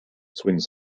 swings